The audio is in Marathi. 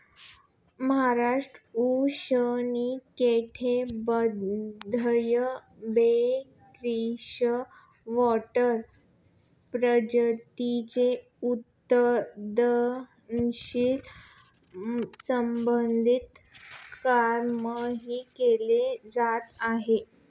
महाराष्ट्रात उष्णकटिबंधीय ब्रेकिश वॉटर प्रजातींच्या उत्पादनाशी संबंधित कामही केले जात आहे